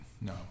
No